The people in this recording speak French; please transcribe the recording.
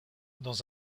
dans